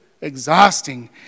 exhausting